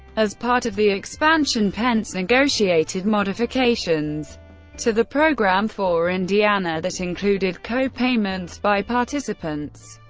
as part of the expansion, pence negotiated modifications to the program for indiana that included co-payments by participants.